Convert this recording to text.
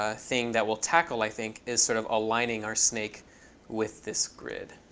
ah thing that we'll tackle i think is sort of aligning our snake with this grid,